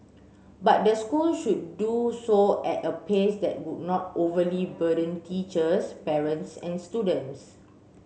but the school should do so at a pace that would not overly burden teachers parents and students